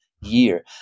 year